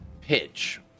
pitch